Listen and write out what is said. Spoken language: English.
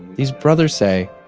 these brothers say,